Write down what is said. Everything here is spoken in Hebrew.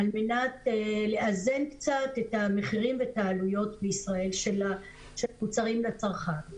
כדי לאזן קצת את המחירים ואת העלויות של המוצרים לצרכן בישראל.